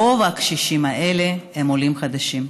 רוב הקשישים האלה הם עולים חדשים.